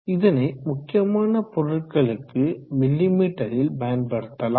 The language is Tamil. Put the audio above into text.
இதனை முக்கியமான பொருட்களுக்கு மிமீ ல் பயன்படுத்தலாம்